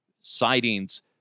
sightings